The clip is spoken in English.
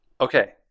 Okay